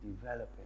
developing